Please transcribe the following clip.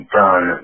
done